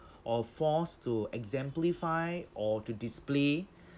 or forced to exemplify or to display